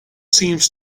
seems